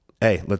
hey